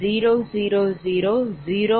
0000825